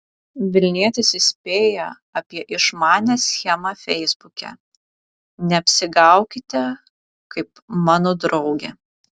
vilnietis įspėja apie išmanią schemą feisbuke neapsigaukite kaip mano draugė